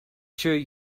sure